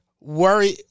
worry